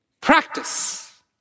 Practice